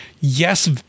yes